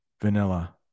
vanilla